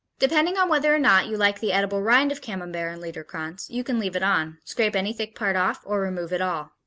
depending on whether or not you like the edible rind of camembert and liederkranz, you can leave it on, scrape any thick part off, or remove it all.